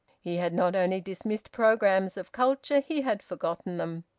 he had not only dismissed programmes of culture, he had forgotten them.